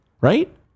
right